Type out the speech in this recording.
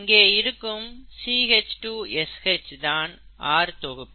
இங்கே இருக்கும் CH2SH தான் R தொகுப்பு